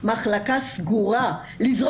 מחלקה סגורה.